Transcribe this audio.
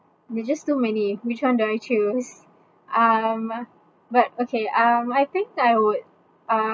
it's just too many which one do I choose um but okay um I think I would